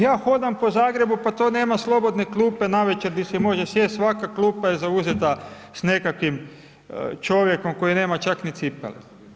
Ja hodam po Zagrebu, pa to nema slobodne klupe navečer di se može sjest, svaka klupa je zauzeta s nekakvim čovjekom koji nema čak ni cipele.